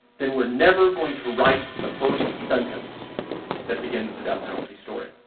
then we're never going to write the first sentence that begins the death penalty story.